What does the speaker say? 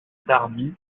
tardy